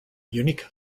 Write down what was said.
unique